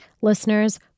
Listeners